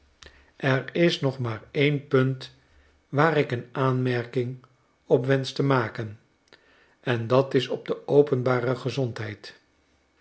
er is nog maar een punt waar ik een aanmerking op wensch te maken en dat is op de openbare gezondheid